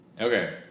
Okay